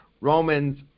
Romans